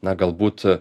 na galbūt